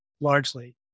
largely